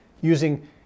using